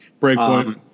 Breakpoint